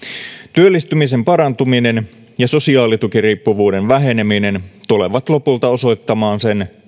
työllistymisen parantuminen ja sosiaalitukiriippuvuuden väheneminen tulevat lopulta osoittamaan